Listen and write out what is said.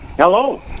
Hello